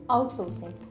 Outsourcing